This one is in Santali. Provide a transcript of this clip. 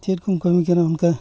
ᱪᱮᱫᱠᱚᱢ ᱠᱟᱹᱢᱤ ᱠᱟᱱᱟ ᱚᱱᱠᱟ